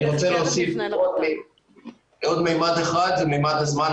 אני רוצה להוסיף עוד מימד אחד, זה מימד הזמן.